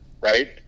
right